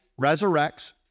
resurrects